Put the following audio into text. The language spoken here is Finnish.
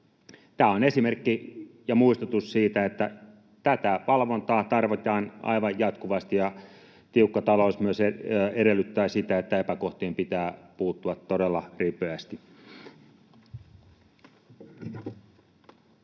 Tämä on esimerkki ja muistutus siitä, että tätä valvontaa tarvitaan aivan jatkuvasti. Myös tiukka talous edellyttää sitä, että epäkohtiin pitää puuttua todella ripeästi.